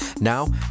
Now